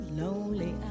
lonely